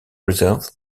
reserves